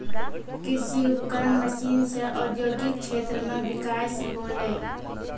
कृषि उपकरण मसीन सें औद्योगिक क्षेत्र म बिकास होलय